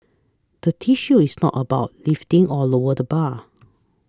the issue is not about lifting or lower the bar